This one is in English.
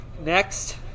Next